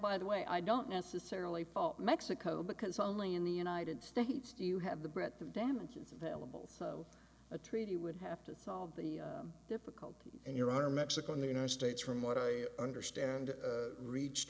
by the way i don't necessarily fault mexico because only in the united states do you have the breadth of damage it's available so a treaty would have to solve the difficulty in your honor mexico and the united states from what i understand reached